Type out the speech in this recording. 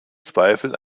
zweifel